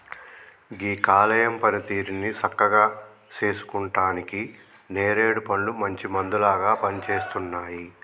గీ కాలేయం పనితీరుని సక్కగా సేసుకుంటానికి నేరేడు పండ్లు మంచి మందులాగా పనిసేస్తున్నాయి